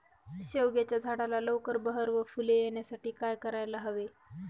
शेवग्याच्या झाडाला लवकर बहर व फूले येण्यासाठी काय करायला हवे?